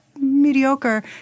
mediocre